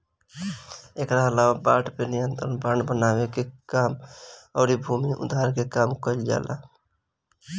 एकरा अलावा बाढ़ पे नियंत्रण, बांध बनावे के काम अउरी भूमि उद्धार के काम कईल जाला